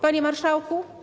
Panie Marszałku!